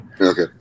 okay